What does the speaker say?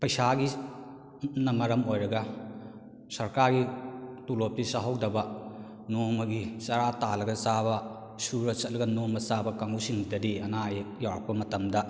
ꯄꯩꯁꯥꯒꯤ ꯃꯔꯝ ꯑꯣꯏꯔꯒ ꯁꯔꯀꯥꯔꯒꯤ ꯇꯣꯂꯣꯞꯇꯤ ꯆꯥꯍꯧꯗꯕ ꯅꯣꯡꯃꯒꯤ ꯆꯔꯥ ꯇꯥꯜꯂꯒ ꯆꯥꯕ ꯁꯨꯔ ꯆꯠꯂꯒ ꯅꯣꯝꯃ ꯆꯥꯕ ꯀꯥꯡꯕꯨꯁꯤꯡꯗꯗꯤ ꯑꯅꯥ ꯑꯌꯦꯛ ꯌꯥꯎꯔꯛꯄ ꯃꯇꯝꯗ